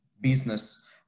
business